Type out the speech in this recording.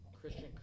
Christian